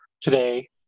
today